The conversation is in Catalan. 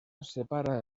separa